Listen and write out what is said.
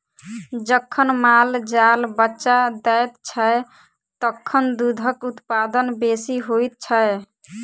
जखन माल जाल बच्चा दैत छै, तखन दूधक उत्पादन बेसी होइत छै